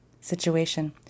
situation